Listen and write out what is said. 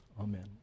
Amen